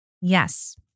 Yes